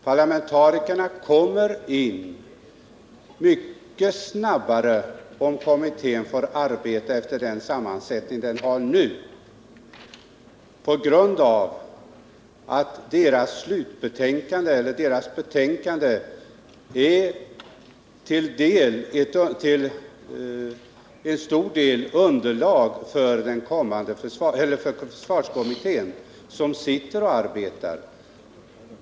Parlamentarikerna kommer in i bilden mycket snabbare om kommittén får arbeta med nuvarande sammansättning. Kommitténs betänkande kommer till stor del att utgöra underlag för försvarskommitténs arbete.